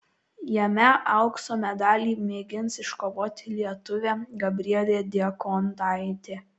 jame aukso medalį mėgins iškovoti lietuvė gabrielė diekontaitė